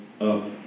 up